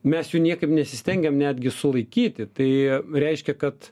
mes jų niekaip nesistengiam netgi sulaikyti tai reiškia kad